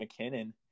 McKinnon